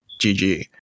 GG